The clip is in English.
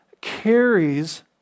carries